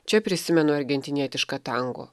čia prisimenu argentinietišką tango